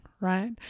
right